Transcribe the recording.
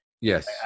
Yes